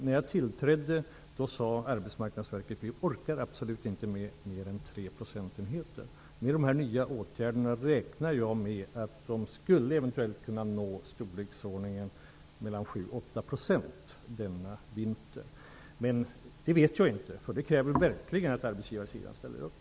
När jag tillträdde som arbetsmarknadsminister sade man på Arbetsmarknadsverket att man absolut inte orkade med mer än tre procentenheter. Med de här nya åtgärderna räknar jag med att man denna vinter skulle kunna nå siffror i storleksordningen 7--8 %. Men jag vet inte, eftersom det verkligen kräver att arbetsgivarsidan ställer upp.